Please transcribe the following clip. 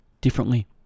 differently